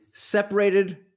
separated